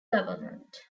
government